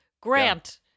grant